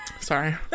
Sorry